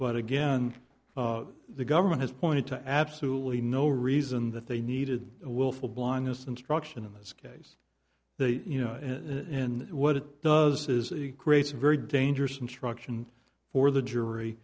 but again the government has pointed to absolutely no reason that they needed a willful blindness instruction in this case that you know in what it does is it creates a very dangerous instruction for the jury